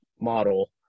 model